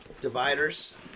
dividers